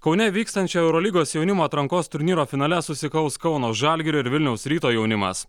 kaune vykstančio eurolygos jaunimo atrankos turnyro finale susikaus kauno žalgirio ir vilniaus ryto jaunimas